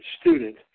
student